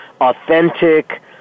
authentic